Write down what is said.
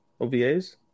OVAs